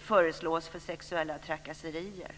föreslås för sexuella trakasserier.